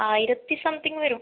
ആയിരത്തി സംതിങ്ങ് വരും